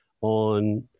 on